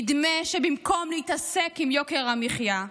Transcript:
נדמה שבמקום להתעסק עם יוקר המחיה,